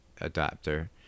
adapter